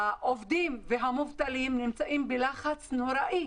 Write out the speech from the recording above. העובדים והמובטלים נמצאים בלחץ נוראי.